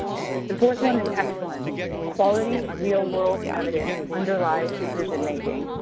the fourth one is excellence quality, real-world evidence underlies decision making.